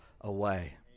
away